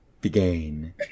Began